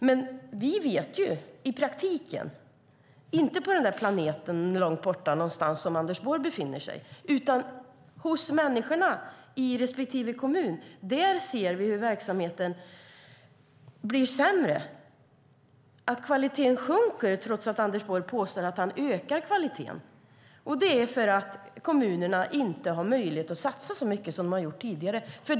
Men vi vet i praktiken, inte på planeten långt borta där Anders Borg befinner sig utan hos människorna i respektive kommun, att verksamheterna blir sämre. Kvaliteten sjunker, trots att Anders Borg påstår att han ökar kvaliteten. Det är för att kommunerna inte har möjlighet att satsa så mycket som tidigare.